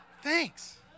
Thanks